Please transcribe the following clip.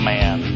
Man